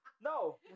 No